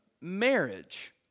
marriage